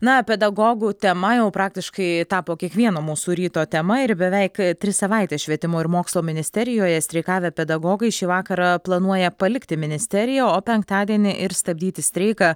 na pedagogų tema jau praktiškai tapo kiekvieno mūsų ryto tema ir beveik tris savaites švietimo ir mokslo ministerijoje streikavę pedagogai šį vakarą planuoja palikti ministeriją o penktadienį ir stabdyti streiką